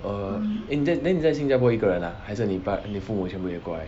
err then 你在 then 你在新加坡一个人 ah 还是你爸父母全部也过来